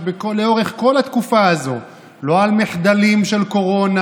לאורך כל התקופה הזאת לא על מחדלים של קורונה,